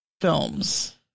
films